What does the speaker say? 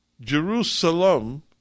Jerusalem